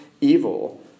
evil